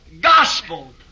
gospel